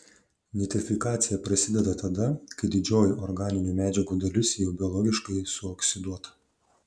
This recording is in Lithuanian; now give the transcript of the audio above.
nitrifikacija prasideda tada kai didžioji organinių medžiagų dalis jau biologiškai suoksiduota